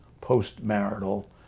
post-marital